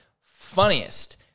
funniest